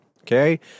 Okay